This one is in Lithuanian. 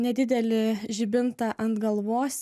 nedidelį žibintą ant galvos